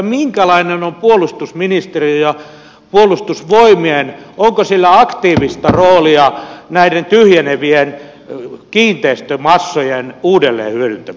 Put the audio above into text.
onko puolustusministeriöllä ja puolustusvoimilla aktiivista roolia näiden tyhjenevien kiinteistömassojen uudelleen hyödyntämisessä